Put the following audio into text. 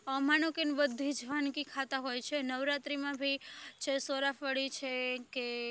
માનો કે બધી જ વાનગી ખાતા હોય છે નવરાત્રીમાં બી છે ચોળાફળી છે કે